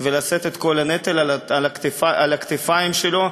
ולשאת את כל הנטל על הכתפיים שלו,